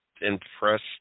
impressed